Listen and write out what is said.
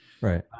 Right